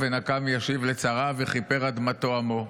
ונקם ישיב לצריו וכִפר אדמתו עמו".